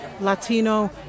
Latino